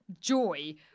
joy